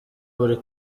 buri